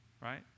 right